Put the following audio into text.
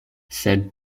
sed